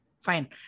Fine